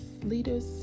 leaders